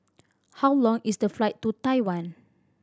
how long is the flight to Taiwan